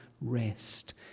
rest